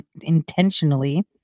intentionally